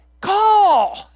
call